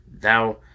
thou